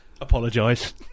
Apologise